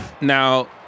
Now